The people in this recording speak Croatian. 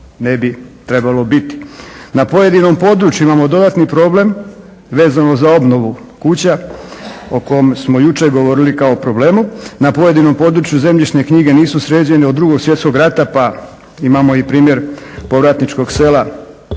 ne bi trebalo biti. Na pojedinom području imamo dodatni problem vezano za obnovu kuća o kome smo jučer govorili kao problemu, na pojedinom području zemljišne knjige nisu sređene od II. svjetskog rata. Pa imamo i primjer povratničkog sela Otišić